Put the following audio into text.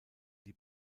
die